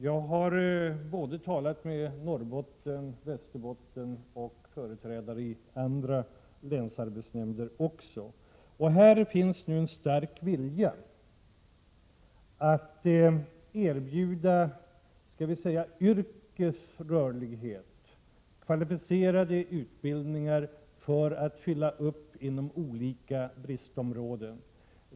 Jag har talat med länsarbetsnämndsrepresentanter för såväl Norrbotten och Västerbotten som andra län. Här finns det nu en stark vilja att erbjuda yrkesrörlighet, dvs. kvalificerade utbildningar för att fylla upp inom olika bristområden.